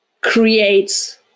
creates